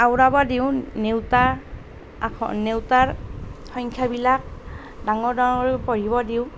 আওৰাব দিওঁ নেওঁতা নেওঁতাৰ সংখ্যাবিলাক ডাঙৰ ডাঙৰকৈ পঢ়িব দিওঁ